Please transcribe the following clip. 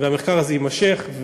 והמחקר הזה יימשך,